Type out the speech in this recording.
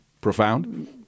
Profound